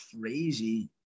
crazy